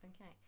okay